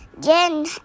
Jen